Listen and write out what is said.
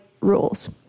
Rules